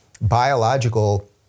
biological